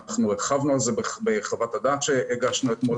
אנחנו הרחבנו על זה בחוות הדעת שהגשנו לכם אתמול.